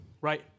right